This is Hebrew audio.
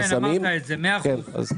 כן אמרת את זה מאה אחוז,